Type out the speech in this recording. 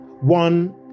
One